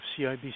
CIBC